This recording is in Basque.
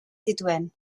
zituen